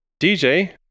dj